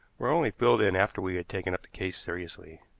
were only filled in after we taken up the case seriously.